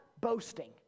boasting